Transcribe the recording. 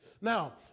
Now